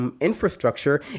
Infrastructure